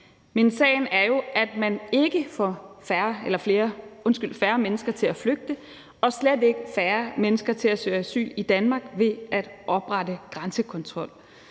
men sagen er jo, at man ikke får færre mennesker til at flygte og slet ikke færre mennesker til at søge asyl i Danmark ved at oprette grænsekontrol,